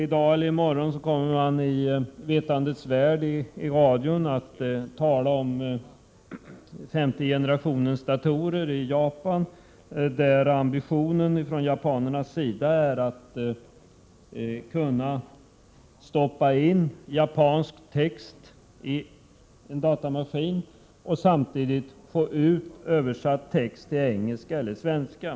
I dag, eller i morgon, kommer man i radioprogrammet Vetandets värld att berätta om utvecklingen av femte generationens datorer i Japan. Japanerna har ambitionen att kunna stoppain japansk text i en datamaskin och få den översatt till engelska, eller svenska.